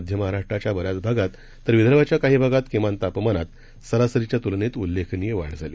मध्य महाराष्ट्राच्या बऱ्याच भागात तर विदर्भाच्या काही भागात किमान तापमानात सरासरीच्या तुलनेत उल्लेखनीय वाढ झाली